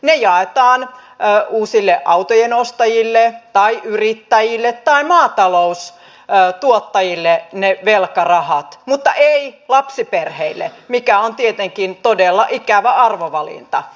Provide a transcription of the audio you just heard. ne velkarahat jaetaan uusille autojen ostajille tai yrittäjille tai maataloustuottajille mutta ei lapsiperheille mikä on tietenkin todella ikävä arvovalinta